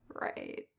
Right